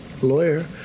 lawyer